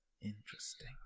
Interesting